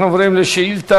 אנחנו עוברים לשאילתה